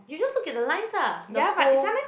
you just look at the lines lah the pole